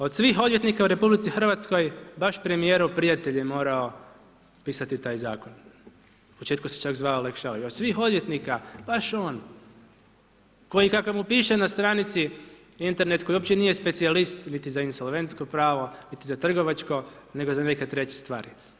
Od svih odvjetnika u RH, baš premijerov prijatelj je morao pisati taj zakon, u početku se čak zvao ... Od svih odvjetnika, baš on, koji kako mu piše na stranici internetskoj uopće nije specijalnost niti sa insolventsko pravo niti za trgovačko nego za neke treće stvari.